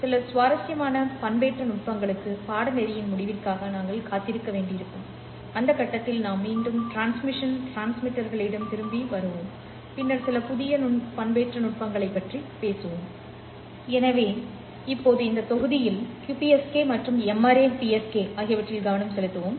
சில சுவாரஸ்யமான பண்பேற்ற நுட்பங்களுக்கு பாடநெறியின் முடிவிற்காக நாங்கள் காத்திருக்க வேண்டியிருக்கும் அந்த கட்டத்தில் நாம் மீண்டும் டிரான்ஸ்மிஷன் டிரான்ஸ்மிட்டர்களிடம் திரும்பி வருவோம் பின்னர் சில புதிய பண்பேற்ற நுட்பங்களைப் பற்றி பேசுவோம் எனவே இப்போது இந்த தொகுதியில் QPSK மற்றும் M ary PSK ஆகியவற்றில் கவனம் செலுத்துவோம்